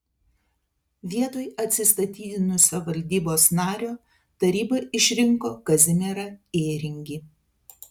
vietoj atsistatydinusio valdybos nario taryba išrinko kazimierą ėringį